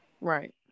Right